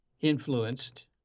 influenced